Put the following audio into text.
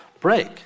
break